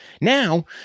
Now